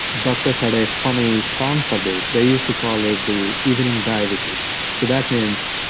doctors had a funny term for this they used to call it the evening diabetes. so that means,